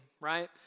right